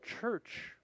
church